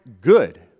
good